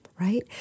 right